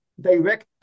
direct